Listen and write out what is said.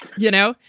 you know,